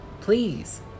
Please